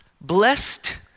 Blessed